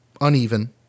uneven